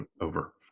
over